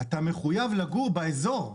אתה מחויב לגור באזור.